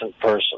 person